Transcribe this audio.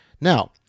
Now